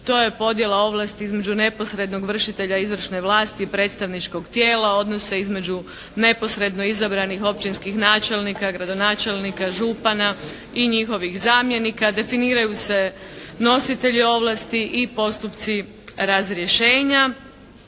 to je podjela ovlasti između neposrednog vršitelja izvršne vlasti i predstavničkog tijela, odnosa između neposredno izabranih općinskih načelnika, gradonačelnika, župana i njihovih zamjenika, definiraju se nositelji ovlasti i postupci razrješenja.